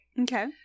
Okay